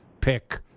pick